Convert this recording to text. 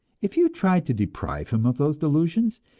if you try to deprive him of those delusions,